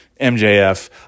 mjf